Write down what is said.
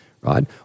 right